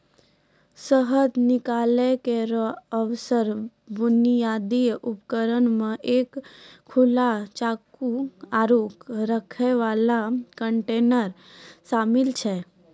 शहद निकालै केरो आवश्यक बुनियादी उपकरण म एक खुला चाकू, आरु रखै वाला कंटेनर शामिल छै